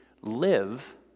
live